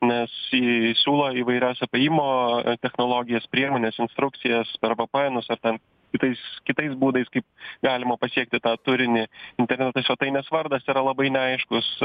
nes ji siūlo įvairias apėjimo technologijos priemonės instrukcijas per v p enus ar ten kitais kitais būdais kaip galima pasiekti tą turinį interneto svetainės vardas yra labai neaiškus